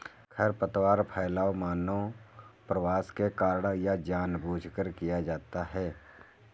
खरपतवार फैलाव मानव प्रवास के कारण या जानबूझकर किया जाता हैं